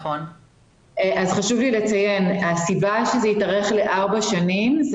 חשוב לי לציין שהסיבה שזה התארך לארבע שנים היא